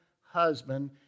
husband